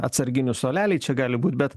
atsarginių suoleliai čia gali būt bet